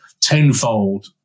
tenfold